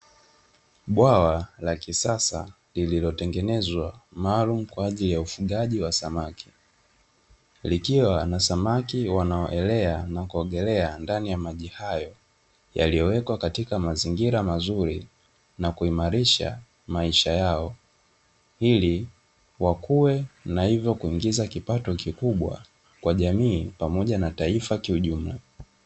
Bwawa la kisasa lililotengenezwa maalum kwa ajili ya ufugaji wa samaki. Likiwa na samaki wanaoelea na kuogelea ndani ya maji hayo yaliyowekwa katika mazingira mazuri na kuimarisha maisha yao ili wakuwe, na hivyo kuingiza kipato kikubwa kwa jamii pamoja na taifa kiujumla.